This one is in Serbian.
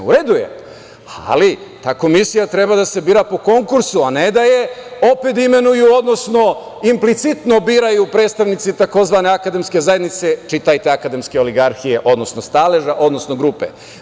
U redu je, ali ta komisija treba da se bira po konkursu, a ne da je opet imenuju, odnosno implicitno biraju predstavnici tzv. akademske zajednice, čitajte akademske oligarhije, odnosno staleža, odnosno grupe.